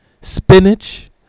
spinach